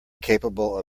capable